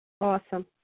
Awesome